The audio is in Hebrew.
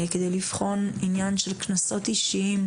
כדי לבחון עניין של קנסות אישיים,